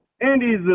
Andy's